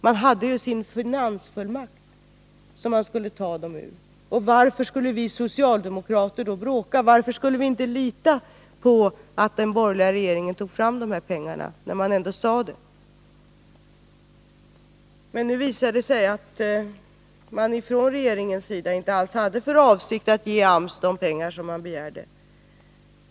Man hade ju sin finansfullmakt som man skulle använda för att ta fram pengarna. Varför skulle vi socialdemokrater då bråka? Varför skulle vi inte lita på att den borgerliga regeringen tog fram de här pengarna, när man ändå sade det? Men nu visade det sig att regeringen inte alls hade för avsikt att ge AMS de pengar som begärts.